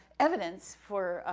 evidence for,